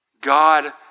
God